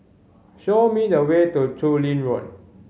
show me the way to Chu Lin Road